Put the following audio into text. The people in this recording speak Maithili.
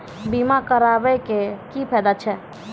बीमा कराबै के की फायदा छै?